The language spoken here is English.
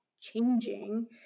changing